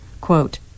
Quote